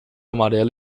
amarela